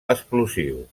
explosiu